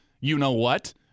you-know-what